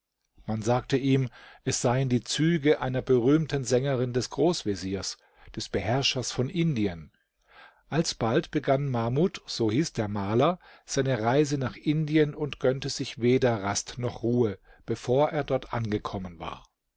man sagte ihm es seien die züge einer berühmten sängerin des großveziers des beherrschers von indien alsbald begann mahmud so hieß der maler seine reise nach indien und gönnte sich weder rast noch ruhe bevor er dort angekommen war